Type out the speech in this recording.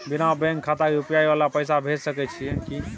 बिना बैंक खाता के यु.पी.आई वाला के पैसा भेज सकै छिए की?